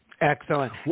Excellent